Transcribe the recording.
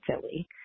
Philly